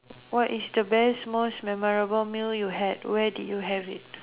what is the best most memorable meal you had where did you have it